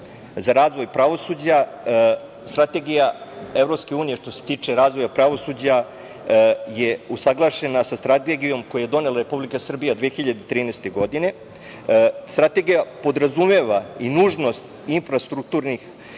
za razvoj pravosuđa, Strategija EU što se tiče razvoja pravosuđa je usaglašena sa Strategijom koju je donela Republika Srbija 2013. godine. Strategija podrazumeva i nužnost infrastrukturnih